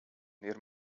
near